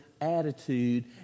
attitude